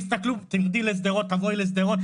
תרדי לשדרות,